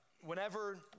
whenever